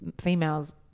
females